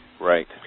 Right